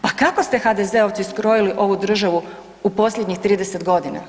Pa kako ste HDZ-ovci skrojili ovu državu u posljednjih 30.g.